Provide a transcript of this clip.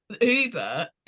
Uber